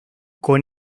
con